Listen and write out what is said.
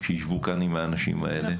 שישבו כאן עם האנשים האלה,